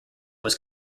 was